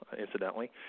incidentally